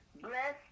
bless